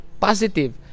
positive